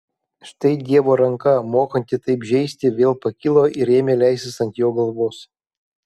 štai dievo ranka mokanti taip žeisti vėl pakilo ir ėmė leistis ant jo galvos